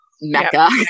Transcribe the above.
Mecca